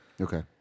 Okay